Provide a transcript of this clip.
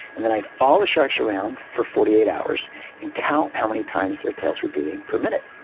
and then i follow the sharks around for forty eight hours and count how many times their tails were beating per minute.